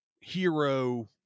hero